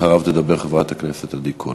אחריו תדבר חברת הכנסת עדי קול.